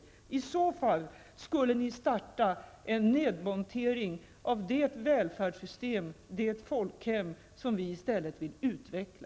I så fall skulle ni starta en nedmontering av det välfärdssystem, det folkhem, som vi i stället vill utveckla.